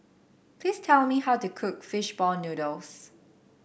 please tell me how to cook fish ball noodles